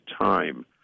time